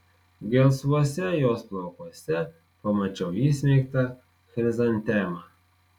gelsvuose jos plaukuose pamačiau įsmeigtą chrizantemą